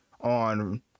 on